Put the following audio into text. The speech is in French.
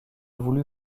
voulu